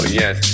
yes